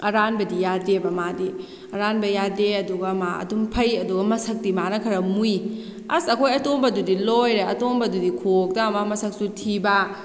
ꯑꯔꯥꯟꯕꯗꯤ ꯌꯥꯗꯦꯕ ꯃꯥꯗꯤ ꯑꯔꯥꯟꯕ ꯌꯥꯗꯦ ꯑꯗꯨꯒ ꯃꯥ ꯑꯗꯨꯝ ꯐꯩ ꯑꯗꯣ ꯃꯁꯛꯇꯤ ꯃꯥꯅ ꯈꯔ ꯃꯨꯏ ꯑꯁ ꯑꯩꯈꯣꯏ ꯑꯇꯣꯝꯕꯗꯨꯗꯤ ꯂꯣꯏꯔꯦ ꯑꯇꯣꯝꯕꯗꯨꯗꯤ ꯈꯨꯑꯣꯛꯇ ꯑꯃ ꯃꯁꯛꯁꯨ ꯊꯤꯕ